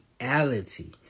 reality